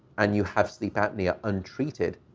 and you have sleep apnea untreated,